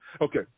Okay